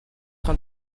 sont